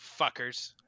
fuckers